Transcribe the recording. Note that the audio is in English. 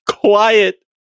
Quiet